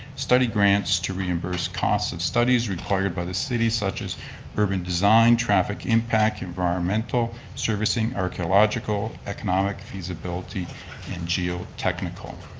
study grants to reimburse costs of studies required by the city such as urban design, traffic impact, environmental servicing, archeological, economic, feasibility and geotechnical.